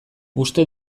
uste